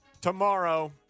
tomorrow